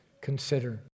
consider